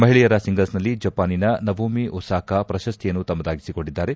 ಮಹಿಳೆಯರ ಸಿಂಗಲ್ಸ್ನಲ್ಲಿ ಜಪಾನಿನ ನವೊಮಿ ಒಸಾಕಾ ಪ್ರಶಸ್ತಿಯನ್ನು ತಮ್ಹದಾಗಿಸಿಕೊಂಡಿದ್ದಾರೆ